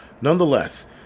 Nonetheless